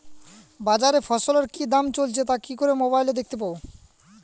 বাজারে ফসলের কি দাম চলছে তা কি করে মোবাইলে দেখতে পাবো?